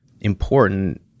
important